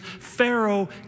Pharaoh